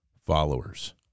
followers